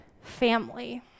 family